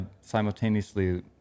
simultaneously